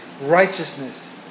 righteousness